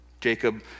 Jacob